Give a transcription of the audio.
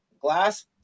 glass